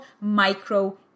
micro